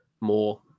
more